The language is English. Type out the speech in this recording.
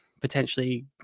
potentially